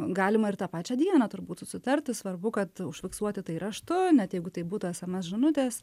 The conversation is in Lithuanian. galima ir tą pačią dieną turbūt susitarti svarbu kad užfiksuoti tai raštu net jeigu tai būtų sms žinutės